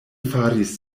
faris